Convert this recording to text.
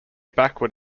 backward